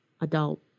adult